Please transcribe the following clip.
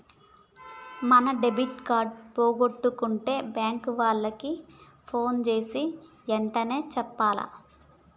మనం debit card పోగొట్టుకుంటే bank ఓళ్ళకి పోన్ జేసీ ఎంటనే చెప్పాల